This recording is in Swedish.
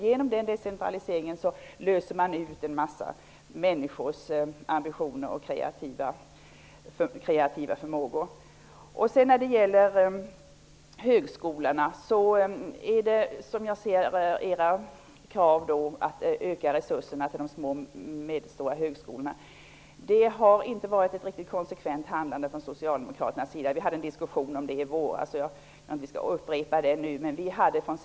Genom decentraliseringen utlöser man en massa människors ambitioner och kreativa förmågor. När det gäller era krav att öka resurserna till de små och medelstora högskolorna har ert handlande inte varit konsekvent. Vi hade en diskussion om det i våras, och vi skall väl inte upprepa den nu.